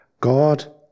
God